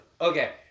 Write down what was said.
okay